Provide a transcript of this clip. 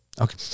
okay